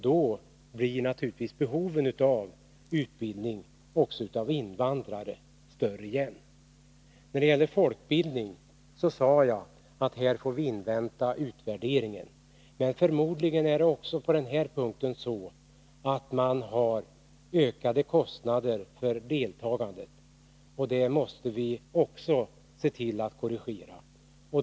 Då blir naturligtvis behovet av utbildning också av invandrare större igen. När det gäller folkbildningen sade jag att vi får invänta utvärderingen. Men förmodligen har man även på det området ökade kostnader för deltagandet, och det måste vi också se till att korrigera.